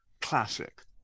classic